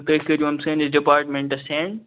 تُہۍ کٔرِو یِم سٲنِس ڈِپاٹمنٹس سیٚنٛڈ